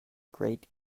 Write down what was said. great